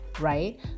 right